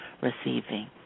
receiving